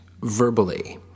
verbally